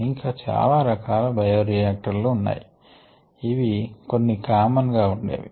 ఇంకా చాలా రకాల బయోరియాక్టర్ లు ఉన్నాయి ఇవి కొన్ని కామన్ గా ఉండేవి